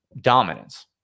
dominance